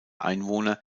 einwohner